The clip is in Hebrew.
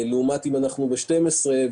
לעומת זאת שאנחנו ב-12 ימי בידוד,